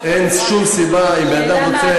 אין שום סיבה אם בן-אדם רוצה,